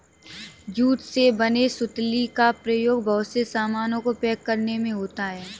jute से बने सुतली का प्रयोग बहुत से सामानों को पैक करने में होता है